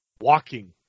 walking